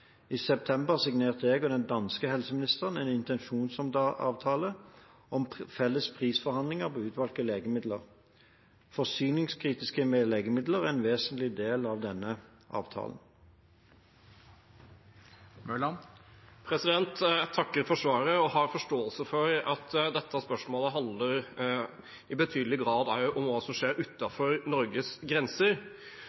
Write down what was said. I september signerte jeg og den danske helseministeren en intensjonsavtale om felles prisforhandlinger på utvalgte legemidler. Forsyningskritiske legemidler er en vesentlig del av denne avtalen. Jeg takker for svaret. Jeg har forståelse for at dette spørsmålet handler – i betydelig grad – også om hva som skjer